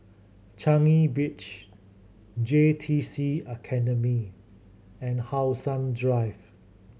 Changi Beach J T C Academy and How Sun Drive